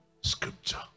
scripture